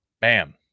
Bam